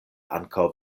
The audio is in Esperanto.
ankaŭ